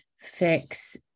Fix